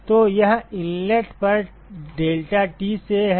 तो यह इनलेट पर deltaT से है और यह आउटलेट पर deltaT है